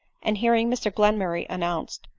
and hearing mr glenmurray an nounced,